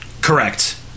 Correct